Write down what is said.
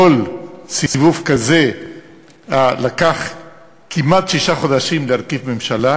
בכל סיבוב כזה לקח כמעט שישה חודשים להרכיב ממשלה.